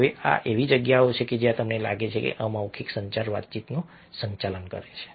હવે આ એવી જગ્યાઓ છે જ્યાં તમને લાગે છે કે અમૌખિક સંચાર વાતચીતનું સંચાલન કરે છે